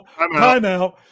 timeout